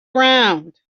round